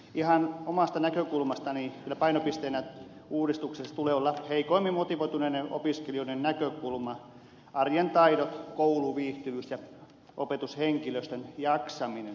ihan omasta näkökulmastani kyllä painopisteenä uudistuksessa tulee olla heikoimmin motivoituneiden opiskelijoiden näkökulma arjen taidot kouluviihtyvyys ja opetushenkilöstön jaksaminen